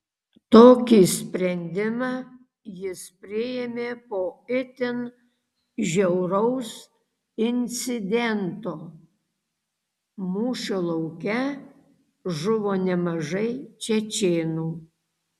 tokį sprendimą jis priėmė po itin žiauraus incidento mūšio lauke žuvo nemažai čečėnų